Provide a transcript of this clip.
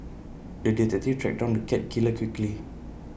the detective tracked down the cat killer quickly